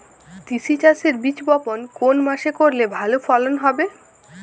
তিসি চাষের বীজ বপন কোন মাসে করলে ভালো ফলন হবে?